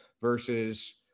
versus